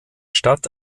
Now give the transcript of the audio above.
statt